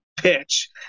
pitch